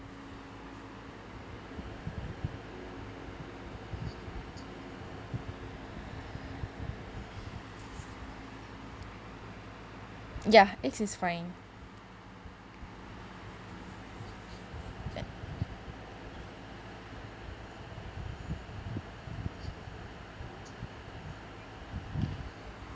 ya egg is fine